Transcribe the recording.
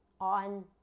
on